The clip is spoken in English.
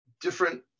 different